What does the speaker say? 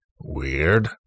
Weird